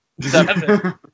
Seven